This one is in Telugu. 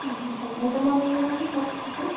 అడ్మిషన్ ఎంతమంది ఉన్నారు అండి ఇప్పుడు